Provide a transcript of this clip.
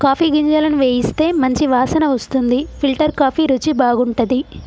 coffee గింజలను వేయిస్తే మంచి వాసన వస్తుంది ఫిల్టర్ కాఫీ రుచి బాగుంటది